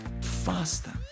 faster